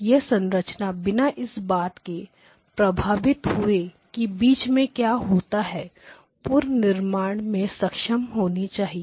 यह संरचना बिना इस बात से प्रभावित हुए कि बीच में क्या होता है पुनर्निर्माण में सक्षम होनी चाहिए